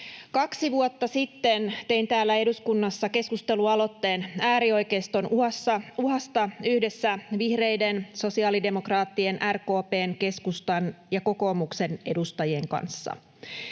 Kaksi vuotta sitten tein täällä eduskunnassa keskustelualoitteen äärioikeiston uhasta yhdessä vihreiden, sosiaalidemokraattien, RKP:n, keskustan ja kokoomuksen edustajien kanssa.